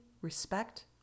respect